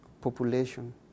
population